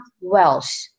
welsh